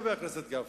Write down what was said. חבר הכנסת גפני,